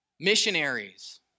Missionaries